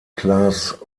class